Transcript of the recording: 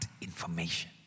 information